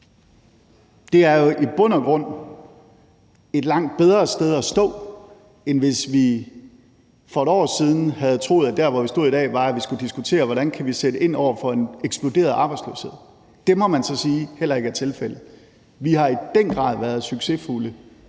Det er jo i bund og grund et langt bedre sted at stå, end da vi for et år siden troede, at dér, hvor vi ville stå i dag, var, at vi skulle diskutere, hvordan vi kan sætte ind over for en eksploderet arbejdsløshed. Det må man så sige heller ikke er tilfældet. Vi har i den grad været succesfulde